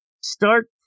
start